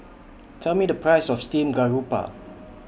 Tell Me The Price of Steamed Garoupa